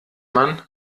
man